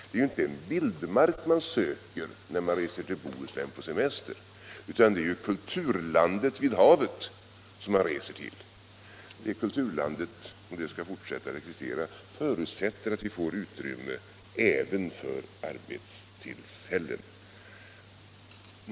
Det är inte en vildmark man söker när man reser till Bohuslän på semester, utan det är kulturlandet vid havet som man reser till. Om det kulturlandet skall fortsätta existera förutsätter det utrymme även för arbetstillfällen.